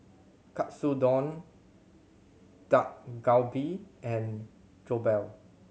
Katsudon Dak Galbi and Jokbal